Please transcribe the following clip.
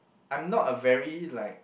I'm not a very like